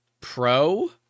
Pro